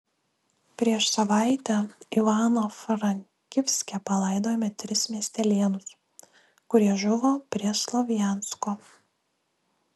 prieš savaitę ivano frankivske palaidojome tris miestelėnus kurie žuvo prie slovjansko